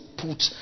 put